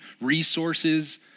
resources